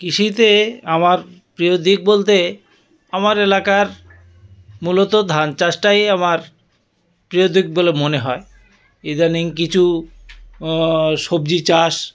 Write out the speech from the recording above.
কৃষিতে আমার প্রিয় দিক বলতে আমার এলাকার মূলত ধান চাষটাই আমার প্রিয় দিক বলে মনে হয় ইদানিং কিছু সবজি চাষ